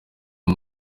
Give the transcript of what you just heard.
uyu